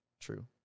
True